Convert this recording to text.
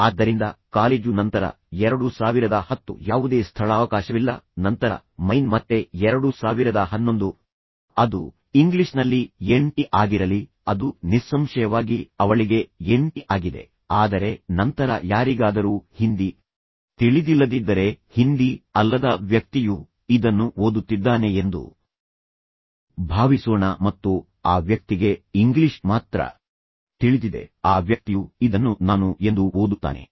ಆದ್ದರಿಂದ ಕಾಲೇಜು ಮತ್ತು ಅದರ ನಂತರ 2010 ರಲ್ಲಿ ಯಾವುದೇ ಸ್ಥಳಾವಕಾಶವಿಲ್ಲ ನಂತರ ಮೈನ್ ಮತ್ತೆ 2011 ಅದು ಇಂಗ್ಲಿಷ್ನಲ್ಲಿ ಎಂಇ ಆಗಿರಲಿ ಅಥವಾ ಎಂಇ ಆಗಿರಲಿ ಅದು ನಿಸ್ಸಂಶಯವಾಗಿ ಅವಳಿಗೆ ಎಂಇ ಆಗಿದೆ ಆದರೆ ನಂತರ ಯಾರಿಗಾದರೂ ಹಿಂದಿ ತಿಳಿದಿಲ್ಲದಿದ್ದರೆ ಹಿಂದಿ ಅಲ್ಲದ ವ್ಯಕ್ತಿಯು ಇದನ್ನು ಓದುತ್ತಿದ್ದಾನೆ ಎಂದು ಭಾವಿಸೋಣ ಮತ್ತು ಆ ವ್ಯಕ್ತಿಗೆ ಇಂಗ್ಲಿಷ್ ಮಾತ್ರ ತಿಳಿದಿದೆ ಆ ವ್ಯಕ್ತಿಯು ಇದನ್ನು ನಾನು ಎಂದು ಓದುತ್ತಾನೆ